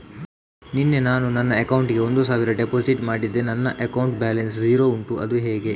ನಿನ್ನೆ ನಾನು ನನ್ನ ಅಕೌಂಟಿಗೆ ಒಂದು ಸಾವಿರ ಡೆಪೋಸಿಟ್ ಮಾಡಿದೆ ನನ್ನ ಅಕೌಂಟ್ ಬ್ಯಾಲೆನ್ಸ್ ಝೀರೋ ಉಂಟು ಅದು ಹೇಗೆ?